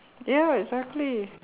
ya exactly